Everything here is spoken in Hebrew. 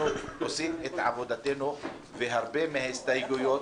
אנחנו עושים את עבודתנו והרבה מההסתייגויות.